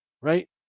right